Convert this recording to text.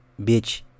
bitch